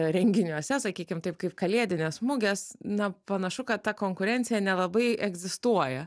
renginiuose sakykim taip kaip kalėdinės mugės na panašu kad ta konkurencija nelabai egzistuoja